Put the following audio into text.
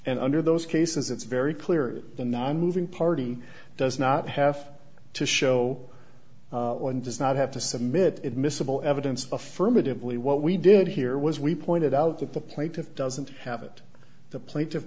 and under those cases it's very clear the nonmoving party does not have to show one does not have to submit admissible evidence affirmatively what we did here was we pointed out that the plaintiff doesn't have it the plaintiff